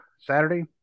Saturday